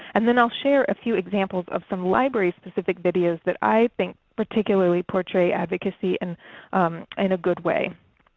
and then i will share a few examples of some library specific videos that i think particularly portray advocacy and in a good way.